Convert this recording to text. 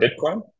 Bitcoin